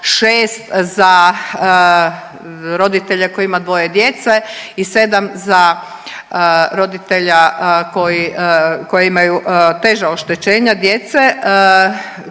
6 za roditelja koji ima dvoje djece i 7 za roditelja koji imaju teža oštećenja djece